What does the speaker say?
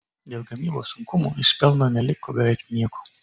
dėl gamybos sunkumų iš pelno neliko beveik nieko